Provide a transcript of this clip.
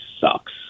sucks